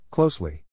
Closely